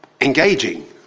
engaging